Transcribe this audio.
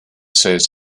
says